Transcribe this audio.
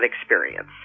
experience